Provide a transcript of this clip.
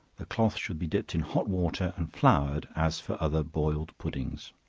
the cloth should be dipped in hot water, and floured, as for other boiled puddings.